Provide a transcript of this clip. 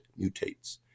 mutates